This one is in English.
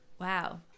Wow